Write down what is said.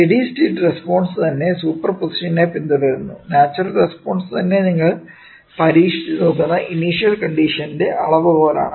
study state response തന്നെ super പൊസിഷനെ പിന്തുടരുന്നു നാച്ചുറൽ റെസ്പോൺസ് തന്നെ നിങ്ങൾ പരീക്ഷിച്ചു നോക്കുന്ന ഇനിഷ്യൽ കണ്ടിഷൻസിന്റെ അളവുകോലാണ്